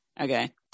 okay